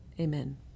Amen